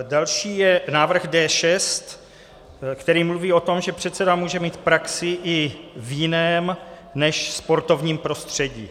Další je návrh D6, který mluví o tom, že předseda může mít praxi i v jiném než sportovním prostředí.